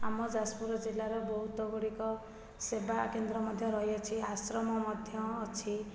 ଆମ ଯାଜପୁର ଜିଲ୍ଲାର ବହୁତ ଗୁଡ଼ିକ ସେବା କେନ୍ଦ୍ର ମଧ୍ୟ ରହିଅଛି ଆଶ୍ରମ ମଧ୍ୟ ଅଛି